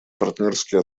партнерские